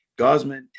Gosman